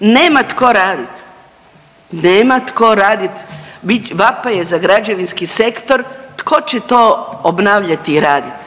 Nema tko raditi. Nema tko raditi, vapaj je za građevinski sektor, tko će to obnavljati i raditi.